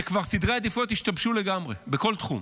כשכבר סדרי העדיפויות השתבשו לגמרי, בכל תחום.